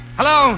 Hello